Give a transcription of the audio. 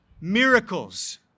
miracles